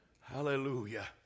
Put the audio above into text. Hallelujah